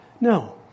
No